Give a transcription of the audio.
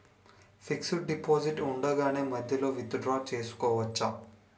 Fixed deposit ఉండగానే మధ్యలో withdraw చేసుకోవచ్చా?